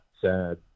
sad